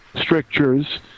strictures